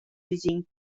using